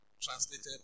translated